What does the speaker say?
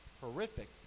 horrific